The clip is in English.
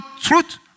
truth